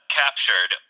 captured